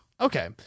Okay